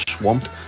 swamped